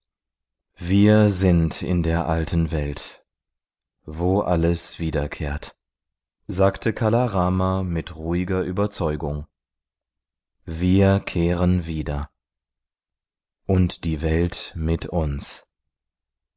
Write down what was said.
wir sind in der alten welt wo alles wiederkehrt sagte kala rama mit ruhiger überzeugung wir kehren wieder und die welt mit uns